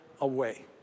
away